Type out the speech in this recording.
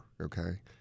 okay